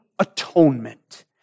Atonement